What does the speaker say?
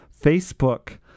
Facebook